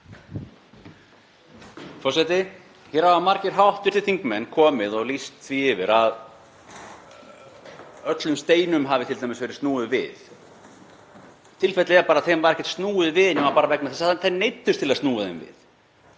Forseti. Hér hafa margir hv. þingmenn komið og lýst því yfir að t.d. hafi öllum steinum verið snúið við. Tilfellið er að þeim var ekkert snúið við nema bara vegna þess að þeir neyddust til að snúa þeim við.